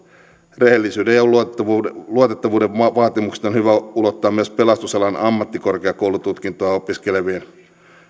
rehellisyyden ja luotettavuuden luotettavuuden vaatimukset on hyvä ulottaa myös pelastusalan ammattikorkeakoulututkintoa opiskeleviin